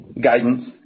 guidance